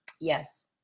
yes